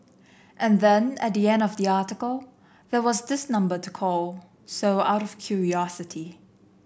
and then at the end of the article there was this number to call so out of curiosity